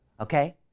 okay